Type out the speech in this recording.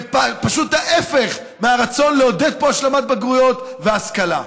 זה פשוט ההפך מהרצון לעודד פה השלמת בגרויות והשכלה.